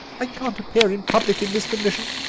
i can't appear in public in this condition.